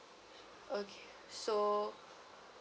okay so